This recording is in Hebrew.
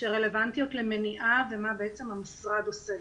שרלוונטיות למניעה ומה בעצם המשרד עושה.